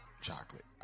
chocolate